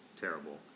terrible